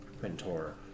mentor